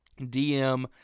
DM